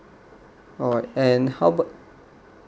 alright and how about